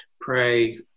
pray